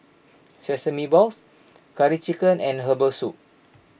Sesame Balls Curry Chicken and Herbal Soup